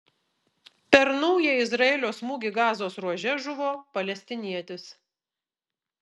per naują izraelio smūgį gazos ruože žuvo palestinietis